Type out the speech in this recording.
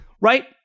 right